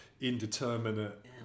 indeterminate